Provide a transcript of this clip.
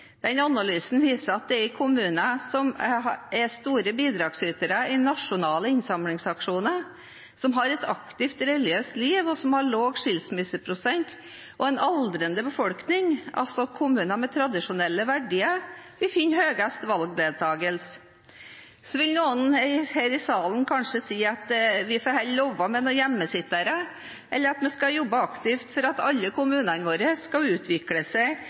analysen viste at det er i kommuner som er store bidragsytere i nasjonale innsamlingsaksjoner, som har et aktivt religiøst liv, og som har lav skilsmisseprosent og en aldrende befolkning – altså kommuner med tradisjonelle verdier – vi finner høyest valgdeltakelse. Så vil noen her i salen kanskje si at vi får heller leve med noen hjemmesittere enn at vi skal jobbe aktivt for at alle kommunene våre skal utvikle seg